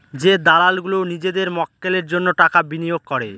যে দালাল গুলো নিজেদের মক্কেলের জন্য টাকা বিনিয়োগ করে